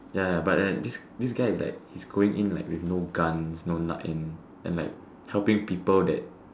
ya ya but then this guy is like he's going in like with no guns no nothing and like helping people that